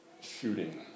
shooting